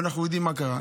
ואנחנו יודעים מה קרה.